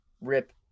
Rip